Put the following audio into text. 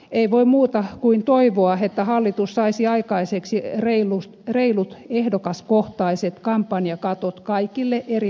ei voi muuta kuin toivoa että hallitus saisi aikaiseksi reilut ehdokaskohtaiset kampanjakatot kaikille eri vaaleille